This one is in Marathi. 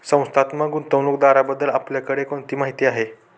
संस्थात्मक गुंतवणूकदाराबद्दल आपल्याकडे कोणती माहिती आहे?